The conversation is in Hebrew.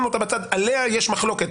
שמנו אותה בצד, עליה יש מחלוקת.